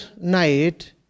night